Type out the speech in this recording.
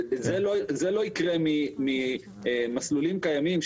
זה לא יקרה ממסלולים קיימים,